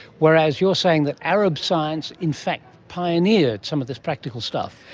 whereas you're saying that arab science in fact pioneered some of this practical stuff.